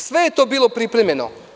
Sve je to bilo pripremljeno.